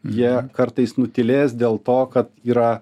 jie kartais nutylės dėl to kad yra